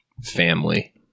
family